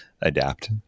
adapt